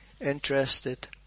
interested